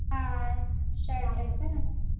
ಹಾಂ ಶರ್ಟ್ ಐತಾ